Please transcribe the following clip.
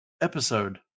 episode